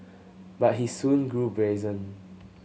but he soon grew brazen